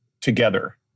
together